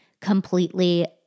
completely